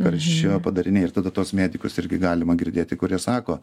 karščio padariniai ir tada tuos medikus irgi galima girdėti kurie sako